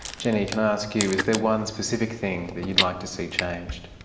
jenny, can i ask you, is there one specific thing that you'd like to see changed?